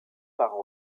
par